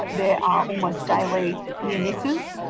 there are almost daily near misses.